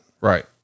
right